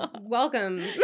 welcome